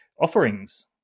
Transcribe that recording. offerings